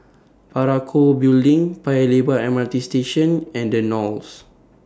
Parakou Building Paya Lebar M R T Station and The Knolls